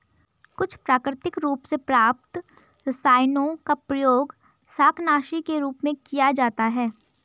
कुछ प्राकृतिक रूप से प्राप्त रसायनों का प्रयोग शाकनाशी के रूप में किया जाता है